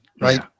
right